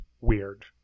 weird